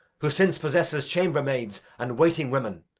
who since possesses chambermaids and waiting women.